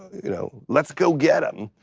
you know, let's go get him,